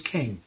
King